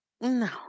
No